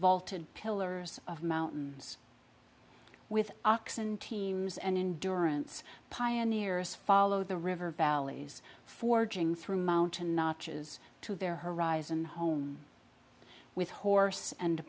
vaulted pillars of mountains with oxen teams and in durance pioneers follow the river valleys forging through mountain arches to their horizon home with horse and